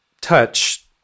touch